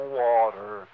water